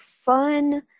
Fun